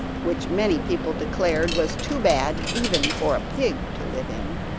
which many people declared was too bad even for a pig to live in,